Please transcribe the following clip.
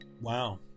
Wow